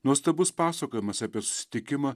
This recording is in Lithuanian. nuostabus pasakojimas apie susitikimą